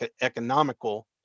economical